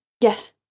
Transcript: Yes